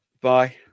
Bye